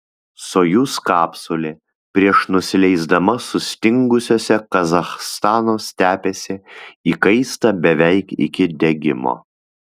sojuz kapsulė prieš nusileisdama sustingusiose kazachstano stepėse įkaista beveik iki degimo